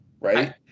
right